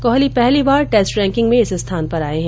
कोहली पहली बार test ranking में इस स्थान पर आये है